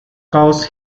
caused